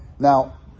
Now